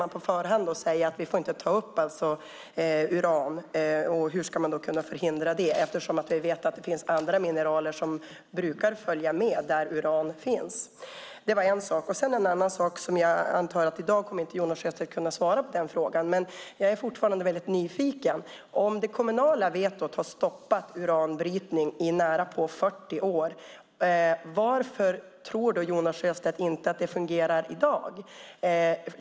Ska vi på förhand säga att man inte får ta upp uran? Hur ska man kunna förhindra det? Vi vet ju att det finns andra mineraler som brukar följa med där uran finns. Sedan finns det en annan sak som jag antar att Jonas Sjöstedt inte kommer att kunna svara på i dag, men jag är fortfarande väldigt nyfiken. Om det kommunala vetot har stoppat uranbrytning i nästan 40 år, varför tror då Jonas Sjöstedt inte att det fungerar i dag?